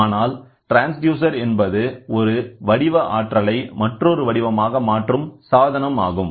ஆனால் ட்ரான்ஸ்டியூசர் என்பது ஒரு வடிவ ஆற்றலை மற்றொரு வடிவமாக மாற்றும் சாதனம் ஆகும்